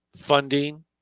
funding